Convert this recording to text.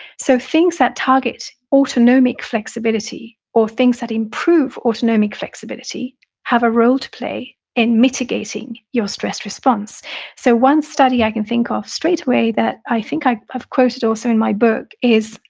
so things that target autonomic flexibility or things that improve autonomic flexibility have a role to play in mitigating your stress response so one study i can think ah of straightaway that i think i've quoted also in my book is,